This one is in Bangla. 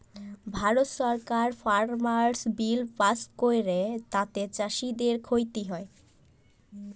ভারত সরকার ফার্মার্স বিল পাস্ ক্যরে তাতে চাষীদের খ্তি হ্যয়